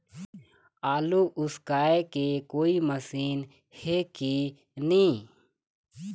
आलू उसकाय के कोई मशीन हे कि नी?